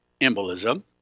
embolism